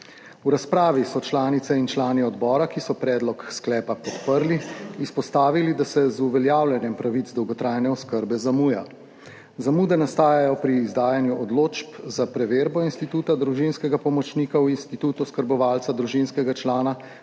V razpravi so članice in člani odbora, ki so predlog sklepa podprli, izpostavili, da se z uveljavljanjem pravic dolgotrajne oskrbe zamuja. Zamude nastajajo pri izdajanju odločb za preverbo instituta družinskega pomočnika v institut oskrbovalca družinskega člana,